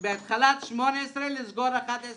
בתחילת 2018 לסגור 11